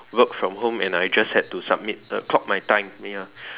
work from home and I just had to summit the clock my time ya